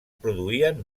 produïen